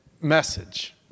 message